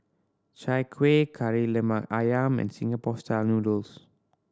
Chai Kueh Kari Lemak Ayam and Singapore Style Noodles